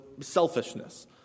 selfishness